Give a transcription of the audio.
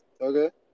Okay